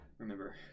remember